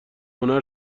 هنر